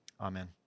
Amen